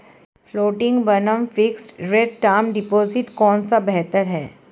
Floating बनाम fixed rate term deposit कौन सा बेहतर है?